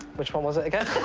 which one was it again?